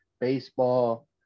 baseball